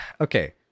okay